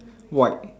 white